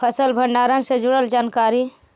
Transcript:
फसल भंडारन से जुड़ल जानकारी?